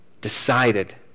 decided